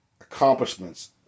accomplishments